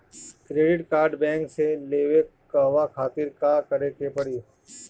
Credit card bank से लेवे कहवा खातिर का करे के पड़ी?